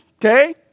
Okay